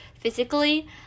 physically